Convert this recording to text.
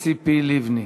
ציפי לבני,